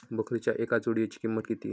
बकरीच्या एका जोडयेची किंमत किती?